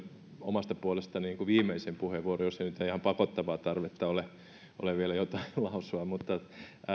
omasta puolestani viimeisen puheenvuoron jos ei nyt ihan pakottavaa tarvetta ole vielä jotain lausua on